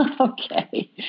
Okay